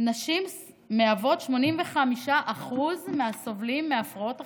נשים הן 85% מהסובלים מהפרעות אכילה,